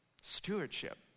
Stewardship